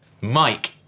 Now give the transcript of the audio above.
Mike